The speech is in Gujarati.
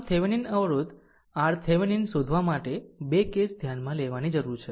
આમ થેવેનિન અવરોધ RThevenin શોધવા માટે 2 કેસ ધ્યાનમાં લેવાની જરૂર છે